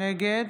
נגד